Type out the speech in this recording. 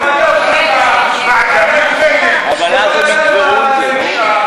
להקים ועדה מיוחדת.